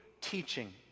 teaching